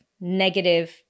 negative